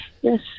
Yes